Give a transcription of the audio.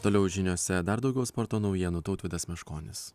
toliau žiniose dar daugiau sporto naujienų tautvydas meškonis